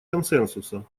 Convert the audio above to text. консенсуса